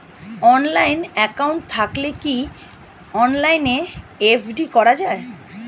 Online account থাকলে কি অনলাইনে এফ.ডি করা যায়?